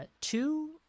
two